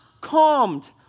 calmed